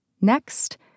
Next